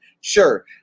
sure